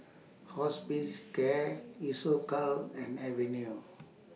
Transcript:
Hospicare Isocal and Avene